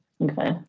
Okay